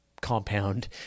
compound